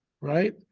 right